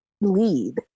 lead